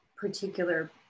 particular